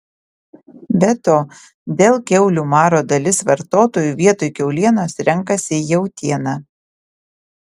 be to dėl kiaulių maro dalis vartotojų vietoj kiaulienos renkasi jautieną